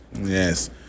Yes